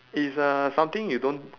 it's uh something you don't